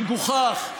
מגוחך,